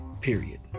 period